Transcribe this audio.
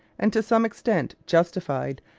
and to some extent justified,